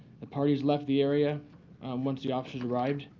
the parties left the area once the officers arrived.